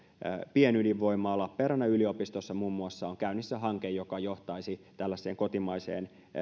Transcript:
pienydinvoimaa lappeenrannan yliopistossa muun muassa on käynnissä hanke joka johtaisi tällaiseen kotimaiseen